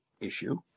issue